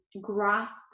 grasp